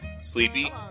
Sleepy